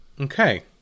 Okay